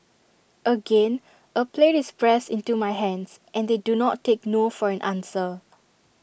again A plate is pressed into my hands and they do not take no for an answer